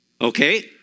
Okay